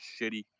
shitty